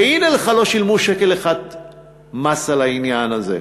והנה לך: לא שילמו שקל אחד מס על העניין הזה.